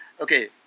Okay